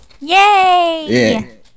Yay